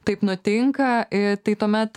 taip nutinka ir tai tuomet